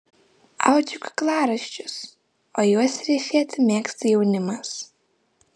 audžiu kaklaraiščius o juos ryšėti mėgsta jaunimas